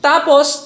tapos